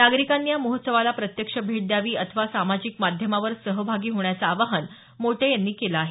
नागरिकांनी या महोत्सवाला प्रत्यक्ष भेट द्यावी अथवा सामाजिक माध्यमांवर सहभागी होण्याचं आवाहन मोटे यांनी केलं आहे